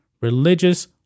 religious